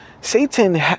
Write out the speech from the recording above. Satan